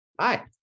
Hi